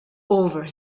over